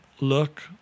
look